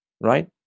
right